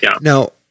now